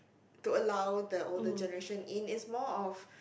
to allow the older generation in is more of